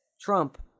Trump